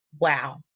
Wow